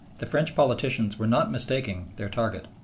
the french politicians were not mistaking their target.